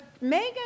Megan